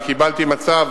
אני קיבלתי מצב